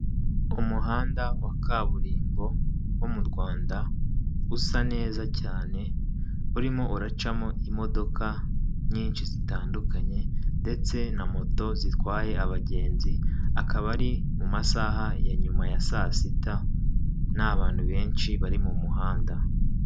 Umuhanda wa kaburimbo wo mu Rwanda usa neza cyane, urimo uracamo imodoka nyinshi zitandukanye ndetse na moto zitwaye abagenzi, akaba ari mu masaha ya nyuma ya saa sita ntabantu benshi bari mu muhanda.